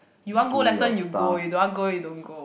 you want go lesson you go you don't want go you don't go